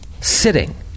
sitting